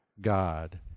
God